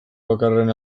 bakarraren